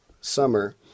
summer